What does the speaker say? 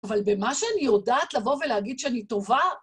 אבל במה שאני יודעת לבוא ולהגיד שאני טובה...